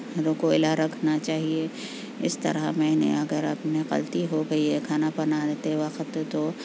کوئلہ رکھنا چاہیے اس طرح میں نے اگر اپنی غلطی ہو گئی ہے کھانا بناتے وقت تو